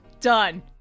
done